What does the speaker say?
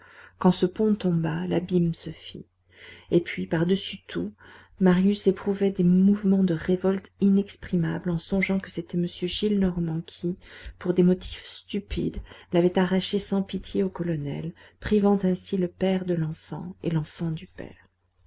quand ce pont tomba l'abîme se fit et puis par-dessus tout marius éprouvait des mouvements de révolte inexprimables en songeant que c'était m gillenormand qui pour des motifs stupides l'avait arraché sans pitié au colonel privant ainsi le père de l'enfant et l'enfant du père